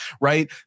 right